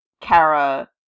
Kara